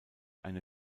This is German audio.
eine